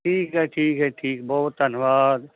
ਠੀਕ ਹੈ ਠੀਕ ਹੈ ਠੀਕ ਬਹੁਤ ਧੰਨਵਾਦ